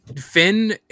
Finn